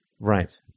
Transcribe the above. Right